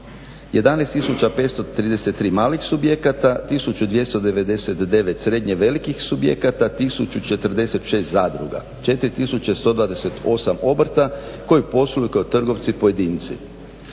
533 malih subjekata, 1299 srednje velikih subjekata, 1046 zadruga, 4 tisuće 128 obrta koji posluju kao trgovci pojedinci.